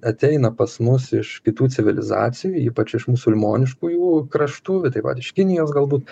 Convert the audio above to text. ateina pas mus iš kitų civilizacijų ypač iš musulmoniškųjų kraštų taip pat iš kinijos galbūt